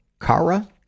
kara